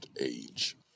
age